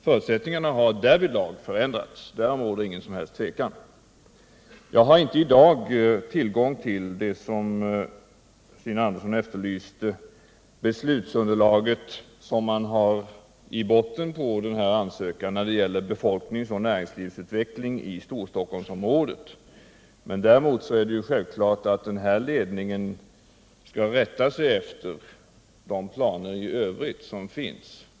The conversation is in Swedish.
Förutsättningarna har därvidlag förändrats, därom råder inget som helst tvivel. Jag har i dag inte tillgång till vad Stina Andersson efterlyste, nämligen beslutsunderlaget i botten på ansökan när det gäller befolkningsoch näringslivsutveckling i Storstockholmsområdet. Det är emellertid självklart att man när det gäller den här ledningen i övrigt skall rätta sig efter de planer som finns.